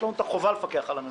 יש לנו את החובה לפקח על הממשלה.